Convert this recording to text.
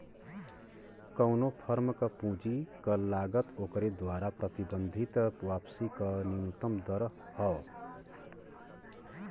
कउनो फर्म क पूंजी क लागत ओकरे द्वारा प्रबंधित वापसी क न्यूनतम दर हौ